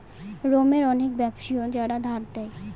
রোমের অনেক ব্যাবসায়ী যারা ধার দেয়